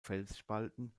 felsspalten